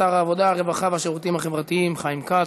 שר העבודה הרווחה והשירותים החברתיים חיים כץ.